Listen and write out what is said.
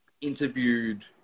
interviewed